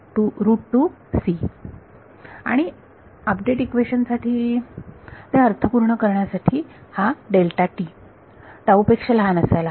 आणि update equation साठी ते अर्थपूर्ण करण्यासाठी हा डेल्टा t टाऊ पेक्षा लहान असायला हवा